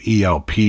ELP